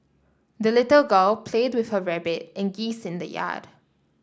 the little girl played with her rabbit and geese in the yard